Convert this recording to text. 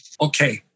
Okay